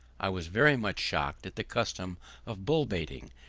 i was very much shocked at the custom of bull-baiting,